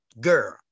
Girl